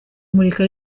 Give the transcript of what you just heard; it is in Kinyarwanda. murika